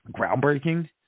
Groundbreaking